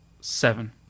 Seven